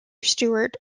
steward